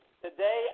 Today